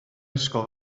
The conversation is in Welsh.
ysgol